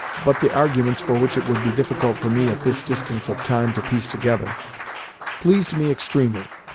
but the arguments for which it would be difficult for me, at this distance of time, to piece together pleased me extremely,